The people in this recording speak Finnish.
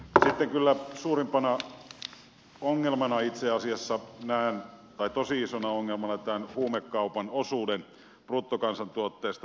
sitten kyllä tosi isona ongelmana itse asiassa näen tämän huumekaupan osuuden bruttokansantuotteesta